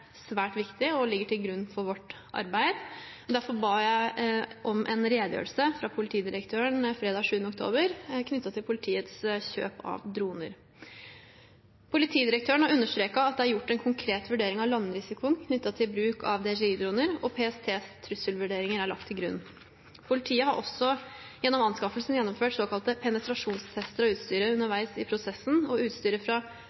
svært viktig og ligger til grunn for vårt arbeid. Derfor ba jeg om en redegjørelse fra politidirektøren fredag 7. oktober knyttet til politiets kjøp av droner. Politidirektøren har understreket at det er gjort en konkret vurdering av landrisikoen knyttet til bruk av DJI-droner, og PSTs trusselvurderinger er lagt til grunn. Politiet har også gjennom anskaffelsen gjennomført såkalte penetrasjonstester av utstyret underveis i prosessen, og utstyret fra